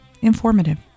informative